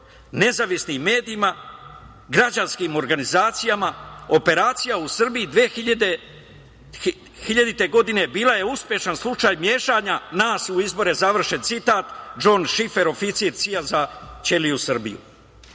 nezavisnim medijima, građanskim organizacijama. „Operacija u Srbiji 2000. godine bila je uspešan slučaj mešanja nas u izbore“, završen citat, Džon Šifer, oficir CIA za ćeliju Srbije.